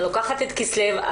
אני לוקחת את המילה כסלו,